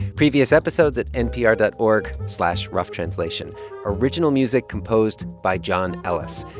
previous episodes at npr dot org slash roughtranslation. original music composed by john ellis.